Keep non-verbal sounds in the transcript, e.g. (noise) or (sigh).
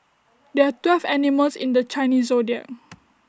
there are twelve animals in the Chinese Zodiac (noise)